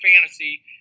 fantasy